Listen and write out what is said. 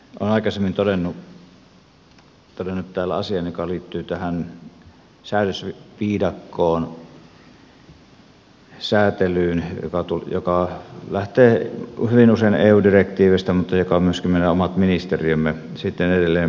olen aikaisemmin todennut täällä asian joka liittyy tähän säädösviidakkoon säätelyyn joka lähtee hyvin usein eu direktiivistä mutta jota myöskin meidän omat ministeriömme sitten edelleen vaikeuttavat